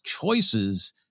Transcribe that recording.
choices